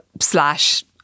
slash